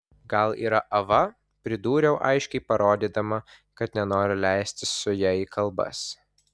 gal yra ava pridūriau aiškiai parodydama kad nenoriu leistis su ja į kalbas